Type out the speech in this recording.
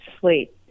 sleep